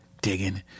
digging